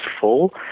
full